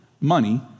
money